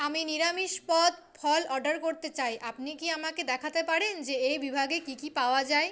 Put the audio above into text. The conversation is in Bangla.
আমি নিরামিষ পদ ফল অর্ডার করতে চাই আপনি কি আমাকে দেখাতে পারেন যে এই বিভাগে কী কী পাওয়া যায়